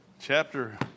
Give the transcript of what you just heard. chapter